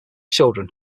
children